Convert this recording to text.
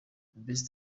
best